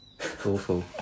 Awful